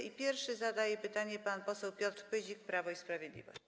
I pierwszy zadaje pytanie pan poseł Piotr Pyzik, Prawo i Sprawiedliwość.